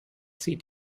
zieht